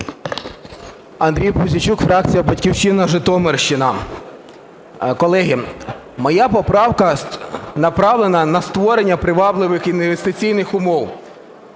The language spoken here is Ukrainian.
Андрій Пузійчук, фракція "Батьківщина", Житомирщина. Колеги, моя поправка направлена на створення привабливих інвестиційних умов.